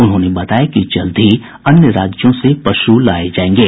उन्होंने बताया कि जल्द ही अन्य राज्यों से पशु लाये जायेंगे